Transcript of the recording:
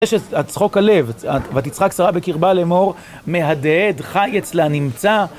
צחוק הלב, ותצחק שרה בקרבה לאמור, מהדהד, חי אצלה, נמצא.